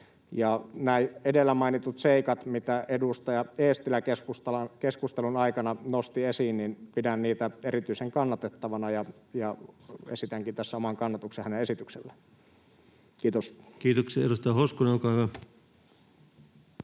Edellä mainittuja seikkoja, mitä edustaja Eestilä keskustelun aikana nosti esiin, pidän erityisen kannatettavina, ja esitänkin tässä oman kannatukseni hänen esitykselleen. — Kiitos. Kiitoksia. — Edustaja Hoskonen, olkaa hyvä.